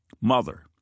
mother